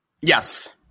Yes